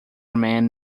man